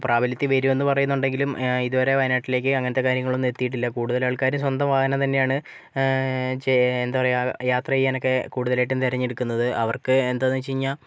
പ്രാബല്യത്തിൽ വരുമെന്ന് പറയുന്നുണ്ടെങ്കിലും ഇതുവരെ വയനാട്ടിലേക്ക് അങ്ങനത്തെ കാര്യങ്ങളൊന്നും എത്തീട്ടില്ല കൂടുതൽ ആൾക്കാരും സ്വന്തം വാഹനം തന്നെയാണ് ചെ എന്താപറയാ യാത്ര ചെയ്യാനൊക്കെ കൂടുതലായിട്ടും തിരഞ്ഞെടുക്കുന്നത് അവർക്ക് എന്താന്ന് വെച്ചുകഴിഞ്ഞാൽ